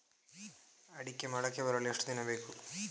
ಅಡಿಕೆ ಮೊಳಕೆ ಬರಲು ಎಷ್ಟು ದಿನ ಬೇಕು?